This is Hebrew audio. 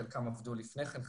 חלקם עבדו לפני כן,